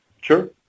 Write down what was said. Sure